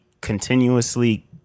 continuously